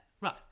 Right